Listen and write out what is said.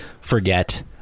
forget